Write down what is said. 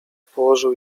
położył